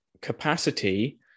capacity